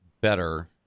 better